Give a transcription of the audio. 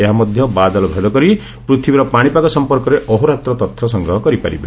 ଏହା ମଧ୍ୟ ବାଦଲ ଭେଦ କରି ପୃଥିବୀର ପାଣିପାଗ ସଫପର୍କରେ ଅହୋରାତ୍ର ତଥ୍ୟ ସଂଗ୍ହ କରିପାରିବ